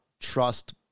trust